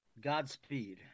godspeed